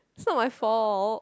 is not my fault